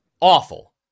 awful